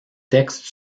textes